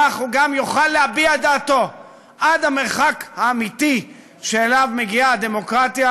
כך הוא גם יוכל להביע את דעתו עד המרחק האמיתי שאליו מגיעה הדמוקרטיה,